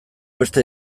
beste